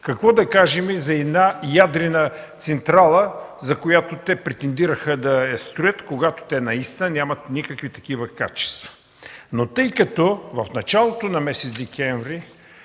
Какво да кажем за една ядрена централа, която те претендираха да строят, когато нямат никакви такива качества?!